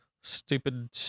Stupid